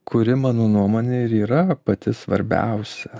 kuri mano nuomone ir yra pati svarbiausia